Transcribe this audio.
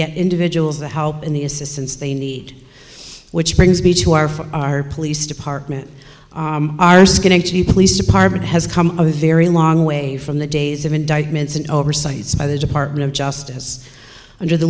get individuals that help in the assistance they need which brings me to our for our police department our schenectady police department has come a very long way from the days of indictments and oversights by the department of justice under the